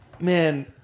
man